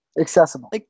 Accessible